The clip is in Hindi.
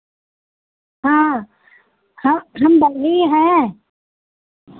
हाँ हम हम बढ़ई हैं